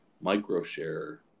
micro-share